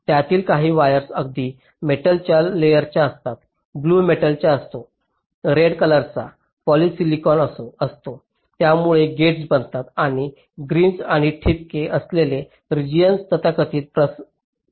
त्यातील काही वायर्स अगदी मेटलचा लेयर्स असतात ब्लू मेटलचा असतो रेड कलराचा पॉलिसिलिकॉन असतो ज्यामुळे गेट्स बनतात आणि ग्रीन्स आणि ठिपके असलेले रेजियॉन्स तथाकथित प्रसार करणारे रेजियॉन्स आहेत